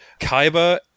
Kaiba